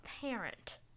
parent